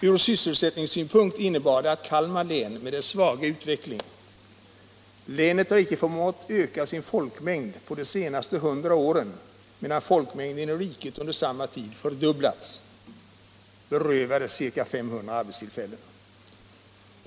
Från sysselsättningssynpunkt innebar det att Kalmar län med dess svaga utveckling — länet har icke förmått öka sin folkmängd under de senaste 100 åren, medan folkmängden i riket under samma tid fördubblats — berövades ca 500 arbetstillfällen.